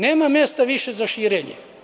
Nema mesta više za širenje.